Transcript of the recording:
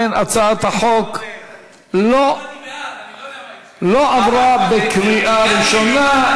הצעת החוק לא עברה בקריאה ראשונה.